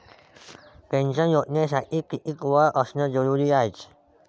Pension योजनेसाठी कितीक वय असनं जरुरीच हाय?